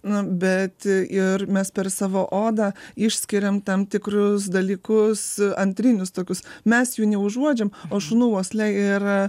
nu bet ir mes per savo odą išskiriam tam tikrus dalykus antrinius tokius mes jų neužuodžiam o šunų uoslė yra